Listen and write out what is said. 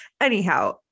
Anyhow